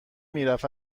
میرفت